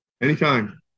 Anytime